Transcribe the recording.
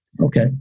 Okay